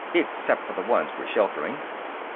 except for the ones we're sheltering.